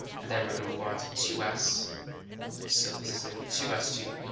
and then we're gonna move on to two s so this is gonna be two s two